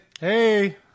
Hey